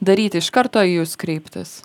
daryti iš karto į jus kreiptis